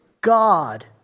God